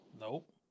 Nope